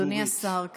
אדוני השר כץ.